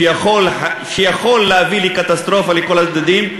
שיכול להביא קטסטרופה על כל הצדדים,